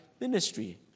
ministry